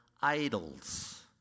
idols